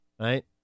right